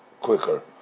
quicker